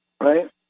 right